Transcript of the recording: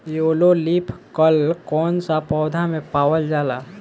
Yellow leaf curl कौन सा पौधा में पावल जाला?